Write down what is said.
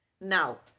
Now